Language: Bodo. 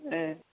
ए